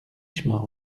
chemin